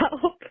help